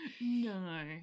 No